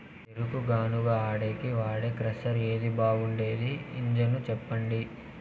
చెరుకు గానుగ ఆడేకి వాడే క్రషర్ ఏది బాగుండేది ఇంజను చెప్పండి?